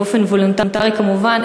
באופן וולונטרי כמובן.